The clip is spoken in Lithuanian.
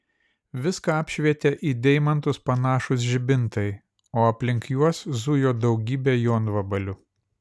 viską apšvietė į deimantus panašūs žibintai o aplink juos zujo daugybė jonvabalių